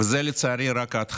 וזו רק ההתחלה,